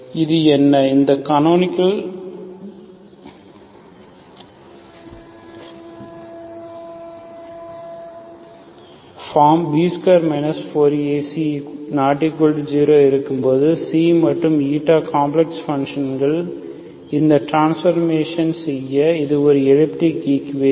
இது என்ன இந்த கனோனிகள் ஃபார்ம் B2 4AC≠0 இருக்கும்போது மற்றும் காம்ப்ளக்ஸ் பன்ஷன்ஸ் இந்த டிரான்ஸ்ஃபர்மேஷன் செய்ய இது எலிப்டிக் ஈக்குவேஷன்